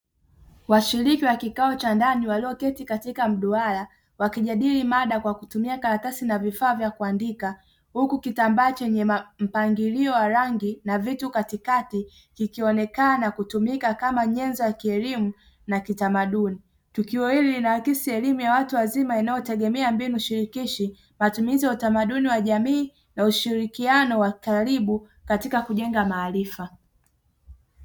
Washiriki wa kikao cha ndani walioketi katika mduara wakijadili mada kwa kutumia karatasi na vifaa vya kuandika, huku kitambaa chenye mpangilio wa rangi na vitu katikati kikionekana kutumika kama nyenzo ya kielimu na kitamaduni. Tukio hili linaakisi elimu ya watu wazima inayotegemea mbinu shirikishi, matumizi ya utamaduni wa jamii na ushirikiano wa karibu katika kujenga maarifa.